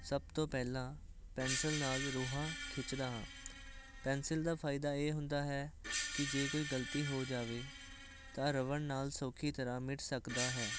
ਸਭ ਤੋਂ ਪਹਿਲਾਂ ਪੈਨਸਲ ਨਾਲ ਰੋਹਾਂ ਖਿੱਚਦਾ ਹਾਂ ਪੈਂਸਿਲ ਦਾ ਫ਼ਾਇਦਾ ਇਹ ਹੁੰਦਾ ਹੈ ਕਿ ਜੇ ਕੋਈ ਗਲਤੀ ਹੋ ਜਾਵੇ ਤਾਂ ਰਬੜ ਨਾਲ ਸੌਖੀ ਤਰ੍ਹਾਂ ਮਿਟ ਸਕਦਾ ਹੈ